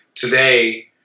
Today